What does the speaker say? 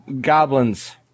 goblins